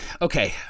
okay